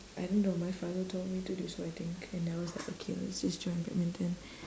I don't know my father told me to do so I think and I was like okay lah let's just join badminton